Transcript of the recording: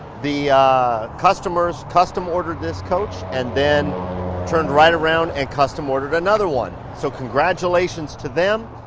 the customers custom ordered this coach and then turned right around and custom ordered another one, so congratulations to them.